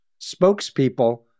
spokespeople